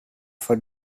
for